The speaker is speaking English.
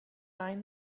mind